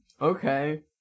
okay